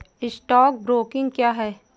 Stock broking क्या है?